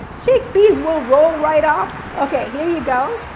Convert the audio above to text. chickpeas will roll right off. okay, here you go.